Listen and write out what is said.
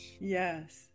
yes